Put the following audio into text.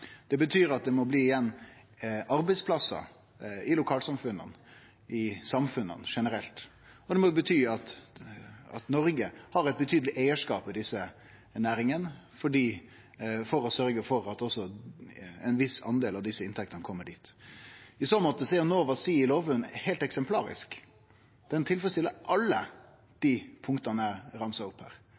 Det betyr at det må bli igjen arbeidsplassar i lokalsamfunna, i samfunna generelt, og det må bety at Noreg har ein betydeleg eigarskap i desse næringane, for å sørgje for at også ein viss del av desse inntektene kjem dit. I så måte er Nova Sea i Lovund heilt eksemplarisk. Bedrifta tilfredsstiller alle dei punkta eg ramsa opp her.